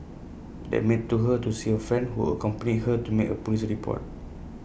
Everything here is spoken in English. that maid took her to see A friend who accompanied her to make A Police report